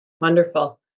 Wonderful